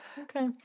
Okay